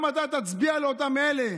גם אתה תצביע לאותם אלה.